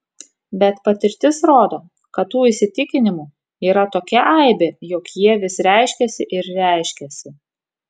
bet patirtis rodo kad tų įsitikinimų yra tokia aibė jog jie vis reiškiasi ir reiškiasi